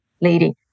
lady